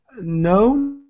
No